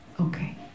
okay